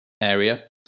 area